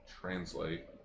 translate